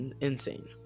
insane